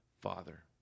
Father